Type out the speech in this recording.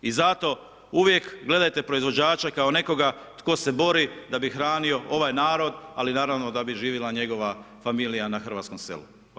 I zato uvijek gledajte proizvođače kao nekoga tko se bori da bi hranio ovaj narod ali naravno da bi živjela njegova familija na hrvatskom selu.